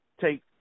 take –